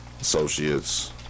associates